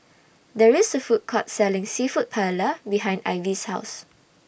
There IS A Food Court Selling Seafood Paella behind Ivy's House